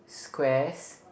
squares